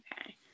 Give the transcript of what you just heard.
Okay